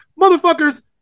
Motherfuckers